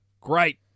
Great